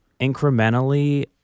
incrementally